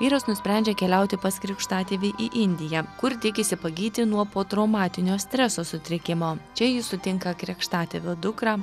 vyras nusprendžia keliauti pas krikštatėvį į indiją kur tikisi pagyti nuo po traumatinio streso sutrikimo čia jis sutinka krikštatėvio dukrą